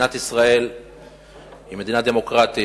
מדינת ישראל היא מדינה דמוקרטית,